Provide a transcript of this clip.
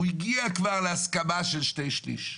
הוא הגיע כבר להסכמה של שני שליש.